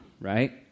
right